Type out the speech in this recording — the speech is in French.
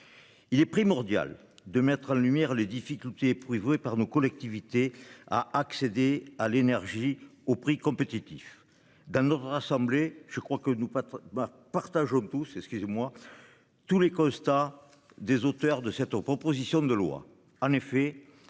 Il est primordial de mettre en lumière les difficultés éprouvées joué par nos collectivités à accéder à l'énergie au prix compétitif dans notre assemblée. Je crois que nous. Partageons tous, c'est ce qui moi. Tous les Costa des auteurs de cette proposition de loi